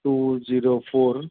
two zero four